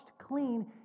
clean